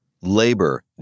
Labor